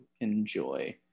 enjoy